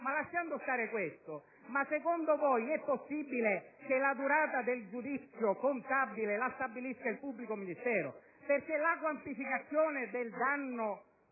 tralasciando questo aspetto, secondo voi è possibile che la durata del giudizio contabile la stabilisca il pubblico ministero? Perché la quantificazione del danno